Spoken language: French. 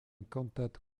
cantate